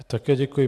Také děkuji.